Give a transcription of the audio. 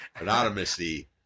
Anonymity